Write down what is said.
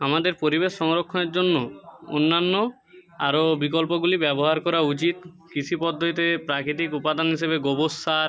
আমাদের পরিবেশ সংরক্ষণের জন্য অন্যান্য আরও বিকল্পগুলি ব্যবহার করা উচিত কৃষি পদ্ধতিতে প্রাকৃতিক উপাদান হিসেবে গোবর সার